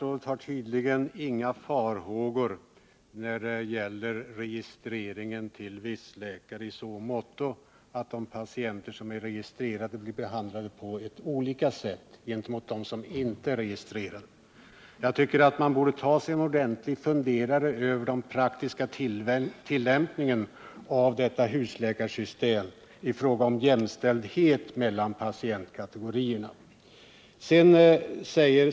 Herr talman! Statsrådet hyser tydligen inga farhågor för att de patienter som är registrerade hos en viss läkare blir annorlunda behandlade än de som inte är registrerade. Jag tycker emellertid att hon borde ta sig en ordentlig funderare på hur det blir med jämställdheten för patientkategorierna i den praktiska tillämpningen av detta husläkarsystem.